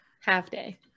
half-day